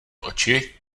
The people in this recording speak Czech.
oči